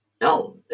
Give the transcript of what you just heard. no